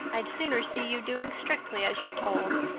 i'd sooner see you doing strictly as you're told.